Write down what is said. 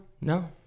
No